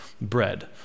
bread